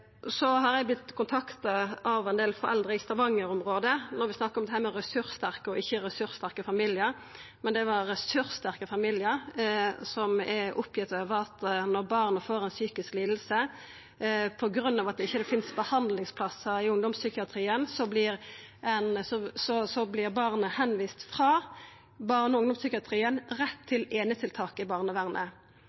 når vi snakkar om dette med ressurssterke og ikkje ressurssterke familiar: Eg har vorte kontakta av ein del foreldre i stavangerområdet. Dette er ressurssterke familiar som er oppgitt over at når barnet får ei psykisk liding og det ikkje finst behandlingsplassar i ungdomspsykiatrien, vert barnet tilvist frå barne- og ungdomspsykiatrien rett til einetiltak i barnevernet.